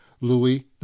Louis